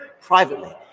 privately